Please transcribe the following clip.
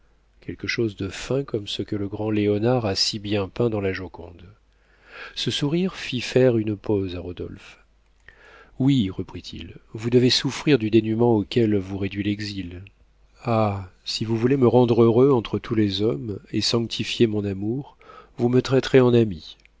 quelque chose de fin comme ce que le grand léonard a si bien peint dans la joconde ce sourire fit faire une pause à rodolphe oui reprit-il vous devez souffrir du dénûment auquel vous réduit l'exil ah si vous voulez me rendre heureux entre tous les hommes et sanctifier mon amour vous me traiterez en ami